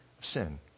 sin